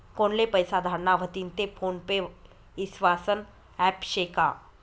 कोनले पैसा धाडना व्हतीन ते फोन पे ईस्वासनं ॲप शे का?